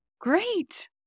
Great